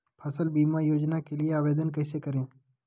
फसल बीमा योजना के लिए आवेदन कैसे करें?